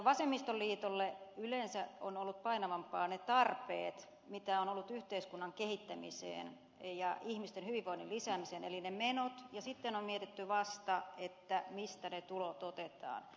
vasemmistoliitolle ovat yleensä olleet painavampia ne tarpeet mitä on ollut yhteiskunnan kehittämiseen ja ihmisten hyvinvoinnin lisäämiseen eli ne menot ja sitten on mietitty vasta mistä ne tulot otetaan